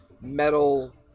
metal